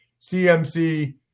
CMC